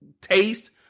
taste